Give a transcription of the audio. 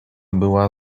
była